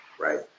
right